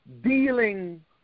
dealing